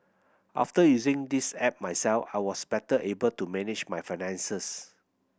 after using this app myself I was better able to manage my finances